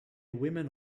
women